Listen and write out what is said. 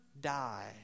die